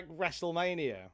WrestleMania